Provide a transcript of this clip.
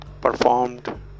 performed